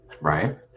Right